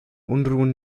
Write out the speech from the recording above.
unruhen